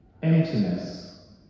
Emptiness